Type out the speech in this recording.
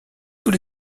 tous